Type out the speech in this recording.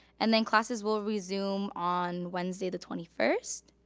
and then classes will resume on wednesday, the twenty first.